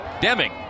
Deming